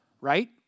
right